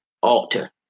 altar